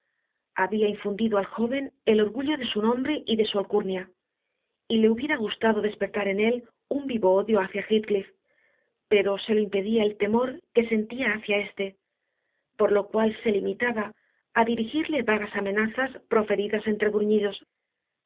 había infundido al joven el orgullo de su nombre y de su alcurnia y le hubiera gustado despertar en él un vivo odio hacia heathcliff pero se lo impedía el temor que sentía hacia éste por lo cual se limitaba a dirigirle vagas amenazas proferidas entre gruñidos